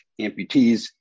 amputees